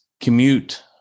commute